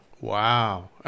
Wow